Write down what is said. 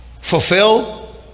fulfill